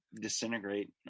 disintegrate